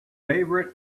favourite